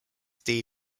dee